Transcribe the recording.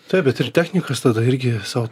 taip bet ir technikas tada irgi sau